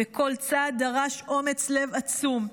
וכל צעד דרש אומץ לב עצום.